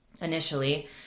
initially